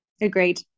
Agreed